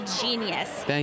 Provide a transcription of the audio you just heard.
genius